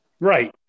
Right